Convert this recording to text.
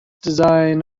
design